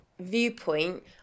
viewpoint